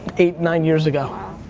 eight, nine years ago.